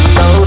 no